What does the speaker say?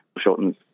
Shorten's